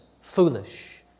foolish